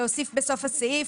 להוסיף בסוף הסעיף,